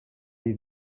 you